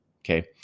okay